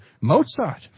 Mozart